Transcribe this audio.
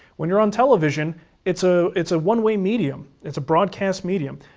when you're on television it's ah it's a one-way medium. it's a broadcast medium.